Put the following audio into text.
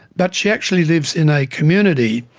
but she actually lives in a community.